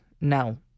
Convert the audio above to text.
No